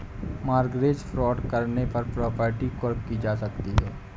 mortgage fraud करने पर property कुर्क की जा सकती है